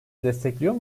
destekliyor